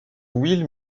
will